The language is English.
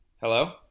Hello